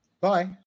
Bye